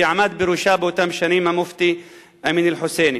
שעמד בראשה באותם שנים המופתי אמין אל-חוסייני.